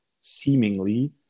seemingly